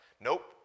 Nope